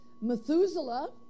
Methuselah